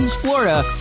Florida